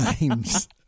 names